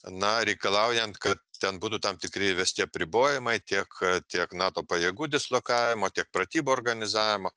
na reikalaujant kad ten būtų tam tikri įvesti apribojimai tiek tiek nato pajėgų dislokavimo tiek pratybų organizavimo